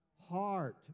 Heart